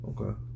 Okay